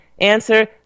Answer